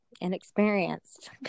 inexperienced